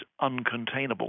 uncontainable